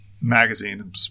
magazine